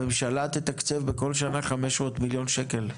הממשלה תתקצב בכל שנה 500 מיליון שקלים.